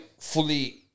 fully